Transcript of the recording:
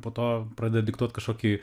po to pradeda diktuot kažkokį